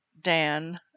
Dan